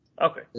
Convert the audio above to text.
Okay